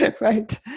right